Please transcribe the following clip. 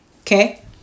Okay